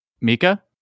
Mika